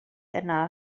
yna